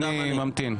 אני ממתין.